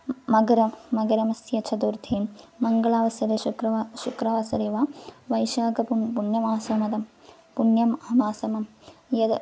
मकरं मकरमस्य चतुर्थीं मङ्गलवासरे शुक्रवासरः शुक्रवासरे वा वैशाकपूर्णं पुण्यमासमिदं पुण्यं ह मासं यद्